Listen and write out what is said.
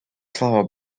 слава